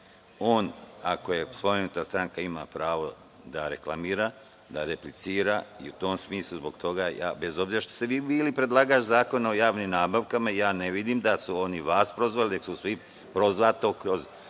on ako je ta stranka ima pravo da reklamira da replicira i u tom smislu zbog toga, bez obzira što ste vi bili predlagač Zakona o javnim nabavkama ja ne vidim da su oni vas prozvali, već je prozvato kroz